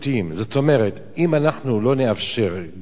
זאת אומרת, אם אנחנו לא נאפשר גבייה